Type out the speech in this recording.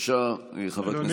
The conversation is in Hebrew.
בבקשה, חבר הכנסת בן ברק.